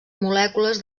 molècules